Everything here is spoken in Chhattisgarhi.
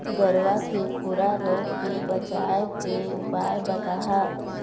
गरवा के खुरा रोग के बचाए के उपाय बताहा?